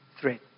Threat